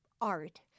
art